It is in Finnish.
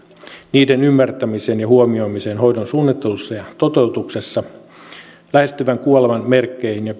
niiden ymmärtämiseen ja huomioimiseen hoidon suunnittelussa ja toteutuksessa lähestyvän kuoleman merkkeihin ja